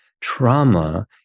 Trauma